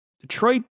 Detroit